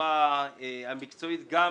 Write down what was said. בצורה המקצועית גם